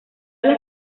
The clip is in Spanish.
las